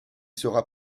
sera